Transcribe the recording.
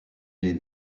les